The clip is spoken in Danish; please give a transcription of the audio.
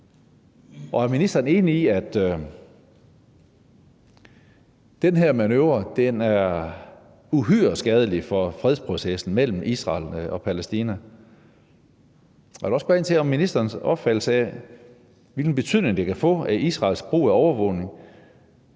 og er ministeren enig i, at den her manøvre er uhyre skadelig for fredsprocessen mellem Israel og Palæstina? Jeg vil også spørge ind til ministerens opfattelse af, hvilken betydning det kan få, at Israels brug af overvågning